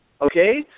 okay